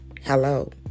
Hello